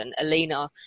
Alina